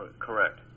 Correct